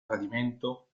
tradimento